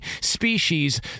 species